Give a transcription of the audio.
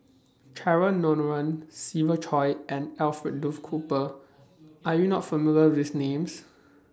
Cheryl Noronha Siva Choy and Alfred Duff Cooper Are YOU not familiar with These Names